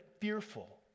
fearful